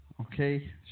okay